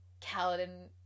Kaladin